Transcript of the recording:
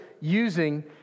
using